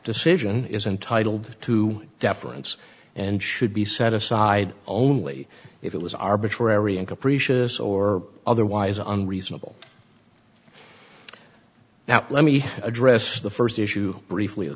decision is entitled to deference and should be set aside only if it was arbitrary and capricious or otherwise unreasonable now let me address the first issue briefly a